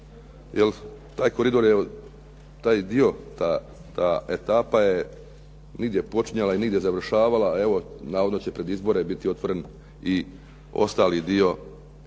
'jel. Taj dio je, ta etapa nigdje počinjala i nigdje završavala, a evo navodno da će pred izbore biti otvoren i ostali dio